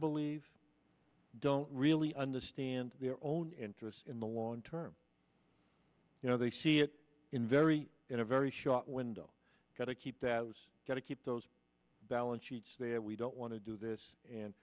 believe don't really understand their own interests in the long term you know they see it in very in a very short window gotta keep that was going to keep those balance sheets there we don't want to do this and